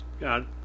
God